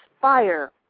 fire